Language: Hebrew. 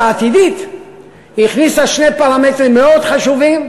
העתידית היא הכניסה שני פרמטרים מאוד חשובים: